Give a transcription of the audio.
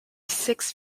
six